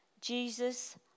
Jesus